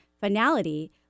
finality